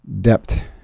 depth